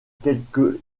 quelques